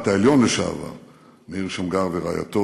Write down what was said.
העליון לשעבר מאיר שמגר ורעייתו,